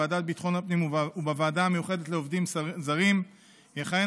ועדת ביטחון הפנים ובוועדה המיוחדת לעובדים זרים יכהן